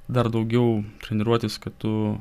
dar daugiau treniruotis kad tu